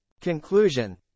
Conclusion